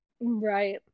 Right